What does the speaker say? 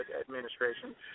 administration